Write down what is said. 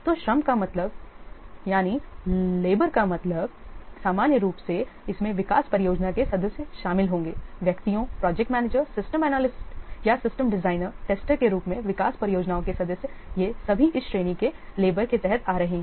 तो लेबर का मतलब सामान्य रूप से इसमें विकास परियोजना के सदस्य शामिल होंगे व्यक्तियों प्रोजेक्ट मैनेजर सिस्टम एनालिस्ट या सिस्टम डिजाइनर टेस्टर के रूप में विकास परियोजनाओं के सदस्य ये सभी इस श्रेणी के लेबर के तहत आ रहे हैं